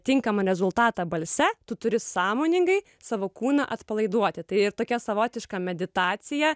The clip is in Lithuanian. tinkamą rezultatą balse tu turi sąmoningai savo kūną atpalaiduoti tai ir tokia savotiška meditacija